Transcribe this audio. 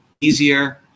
easier